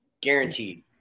guaranteed